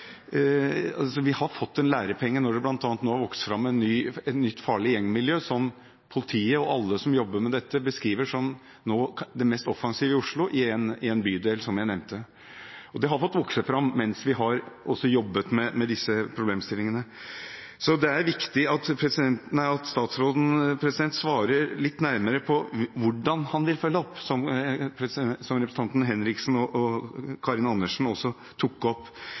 alle som jobber med dette, beskriver som noe av det mest offensive i Oslo, i en bydel som jeg nevnte. Det har fått vokse fram mens vi har jobbet med disse problemstillingene. Det er viktig at statsråden svarer litt nærmere på hvordan han vil følge opp, noe representantene Kari Henriksen og Karin Andersen også tok opp.